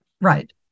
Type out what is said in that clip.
Right